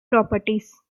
properties